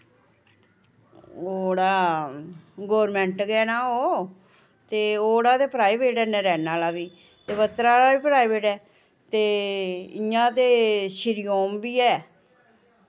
ओह्ड़ा गोरमैंट गै ना ओह् ते ओह्ड़ा ते प्राइवेट ऐ नारायणा आह्ला बी ते बत्रा आह्ला प्राइवेट ऐ ते इयां ते शिरी ओम बी ऐ